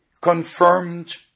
confirmed